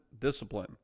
discipline